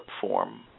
form